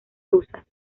rusas